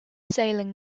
sailing